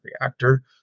reactor